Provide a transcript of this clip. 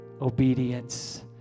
obedience